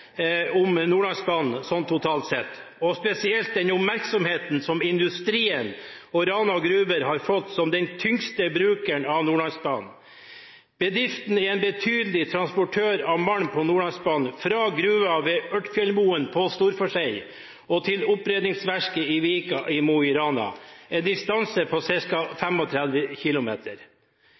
om Nordlandsbanen totalt sett, og spesielt den oppmerksomheten som industrien og Rana Gruber har fått, som den tyngste brukeren av Nordlandsbanen. Bedriften er en betydelig transportør av malm på Nordlandsbanen, fra gruven ved Ørtfjellmoen på Storforshei og til oppredningsverket i Vika i Mo i Rana, en distanse på ca. 35 km.